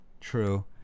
True